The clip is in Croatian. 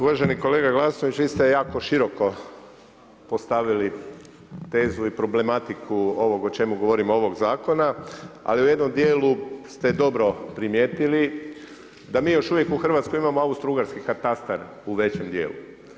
Uvaženi kolega Glasnović, vi ste jako široko postavili tezu i problematiku ovog, o čemu govorim ovog zakona, ali u jednom dijelu ste dobro primijetili da mi još uvijek u Hrvatskoj imamo austrougarski katastar u većem dijelu.